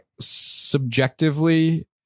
subjectively